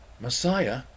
Messiah